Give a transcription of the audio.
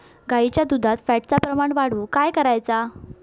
गाईच्या दुधात फॅटचा प्रमाण वाढवुक काय करायचा?